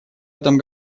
этом